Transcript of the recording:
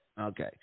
okay